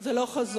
זה לא חזון.